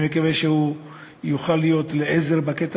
אני מקווה שהוא יוכל להיות לעזר בקטע